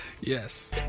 Yes